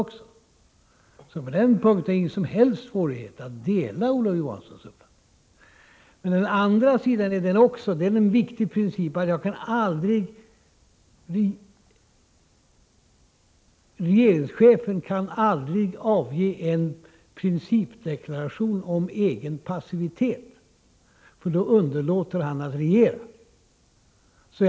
På den punkten har jag alltså ingen som helst svårighet att dela Olof Johanssons uppfattning. Men en annan viktig utgångspunkt är att regeringschefen aldrig kan avge någon principdeklaration om passivitet för egen del, eftersom han då underlåter att regera.